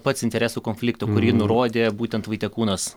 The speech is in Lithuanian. pats interesų konflikto kurį nurodė būtent vaitekūnas